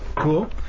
Cool